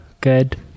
Good